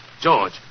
George